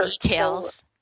details